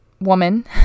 woman